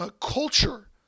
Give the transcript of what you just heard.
culture